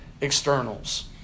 externals